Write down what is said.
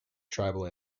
tribal